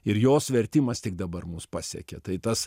ir jos vertimas tik dabar mus pasiekė tai tas